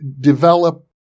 develop